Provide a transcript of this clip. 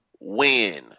win